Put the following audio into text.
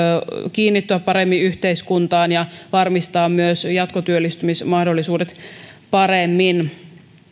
kiinnittyä paremmin yhteiskuntaan ja varmistaa myös jatkotyöllistymismahdollisuudet paremmin